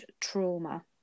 trauma